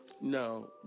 No